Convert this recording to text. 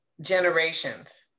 generations